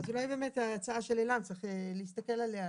אולי באמת ההצעה של עילם צריך להסתכל עליה,